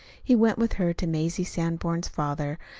he went with her to mazie sanborn's father,